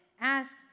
asks